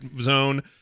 zone